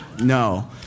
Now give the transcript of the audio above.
no